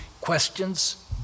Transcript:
Questions